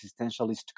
existentialist